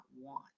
want